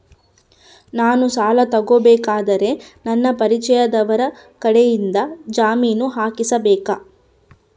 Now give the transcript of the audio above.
ನಾನು ಸಾಲ ತಗೋಬೇಕಾದರೆ ನನಗ ಪರಿಚಯದವರ ಕಡೆಯಿಂದ ಜಾಮೇನು ಹಾಕಿಸಬೇಕಾ?